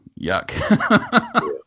yuck